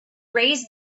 raised